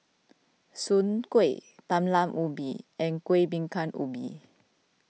Soon Kway Talam Ubi and Kuih Bingka Ubi